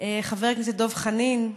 חבר הכנסת דב חנין,